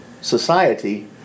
society